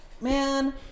man